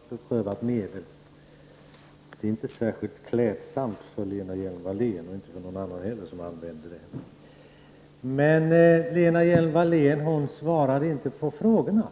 Fru talman! Lena Hjelm-Wallén tar nu i här och höjer rösten när argumenten tryter. Det är ett gammalt beprövat medel. Det är inte särskilt klädsamt för Lena Hjelm-Wallén, eller för någon annan som använder det. Lena Hjelm-Wallén svarar inte på frågorna.